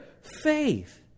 faith